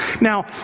Now